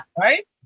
right